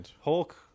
Hulk